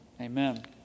amen